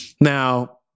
now